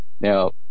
Now